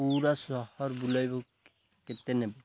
ପୁରା ସହର ବୁଲେଇବାକୁ କେତେ ନେବେ